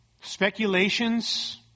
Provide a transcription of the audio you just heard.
speculations